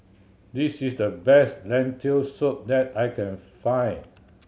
this is the best Lentil Soup that I can find